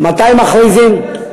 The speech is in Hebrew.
מתי מכריזים,